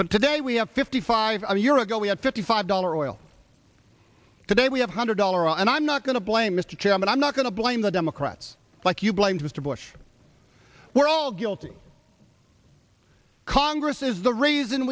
but today we have fifty five a year ago we had fifty five dollar oil today we have hundred dollar and i'm not going to blame mr chairman i'm not going to blame the democrats like you blamed mr bush we're all guilty congress is the reason